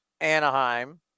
Anaheim